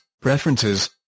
preferences